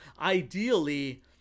Ideally